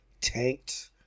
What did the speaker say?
tanked